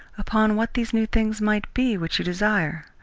upon what these new things might be which you desire.